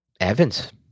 Evans